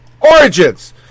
origins